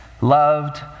loved